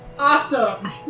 Awesome